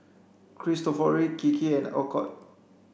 Cristofori Kiki and Alcott